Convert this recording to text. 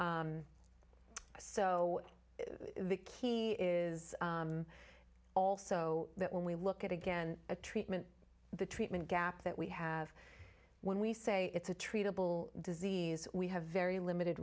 so the key is also that when we look at again a treatment the treatment gap that we have when we say it's a treatable disease we have very limited